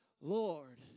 Lord